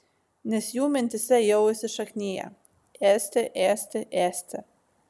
nes jų mintyse jau įsišakniję ėsti ėsti ėsti